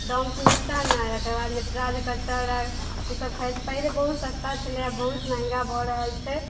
डोम्स मेटन अइ अकरबाद नटराज कटर अइ ई सब खरीदै छी पहिले बहुत सस्ता छलै आब बहुत महँगा भऽ रहल छै